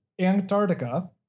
Antarctica